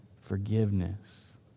forgiveness